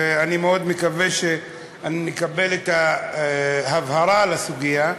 ואני מאוד מקווה שנקבל את ההבהרה על הסוגיה,